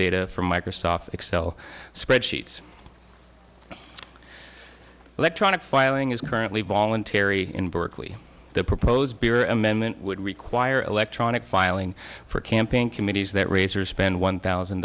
data from microsoft excel spreadsheets electronic filing is currently voluntary in berkeley the proposed peer amendment would require electronic filing for campaign committees that raise or spend one thousand